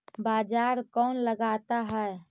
बाजार कौन लगाता है?